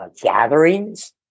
gatherings